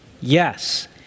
Yes